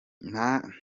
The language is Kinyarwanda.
ntawe